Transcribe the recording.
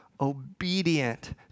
obedient